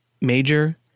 Major